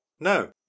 No